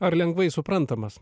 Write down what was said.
ar lengvai suprantamas